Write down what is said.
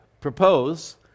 propose